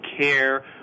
care